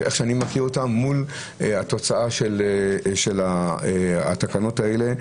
שאני מכיר אותם, מול התוצאה של התקנות האלה,